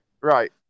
Right